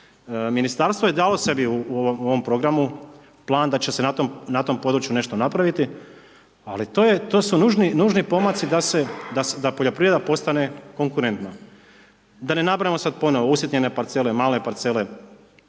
Ministarstvo je dalo sebi u ovom programu, plan da će se na tom području nešto napraviti, ali to su nužni pomaci da poljoprivreda postane konkurentna. Da ne nabrajamo sada ponovno, usitnjene parcele, male parcele,